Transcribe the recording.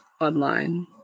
online